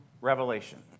Revelation